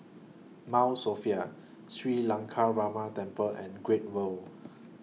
Mount Sophia Sri Lankaramaya Temple and Great World